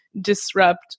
disrupt